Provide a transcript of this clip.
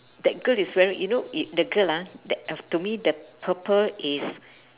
that girl is wearing you know it the girl ah that uh to me that purple is